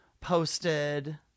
posted